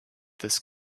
this